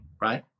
right